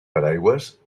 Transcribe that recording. paraigües